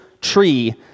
tree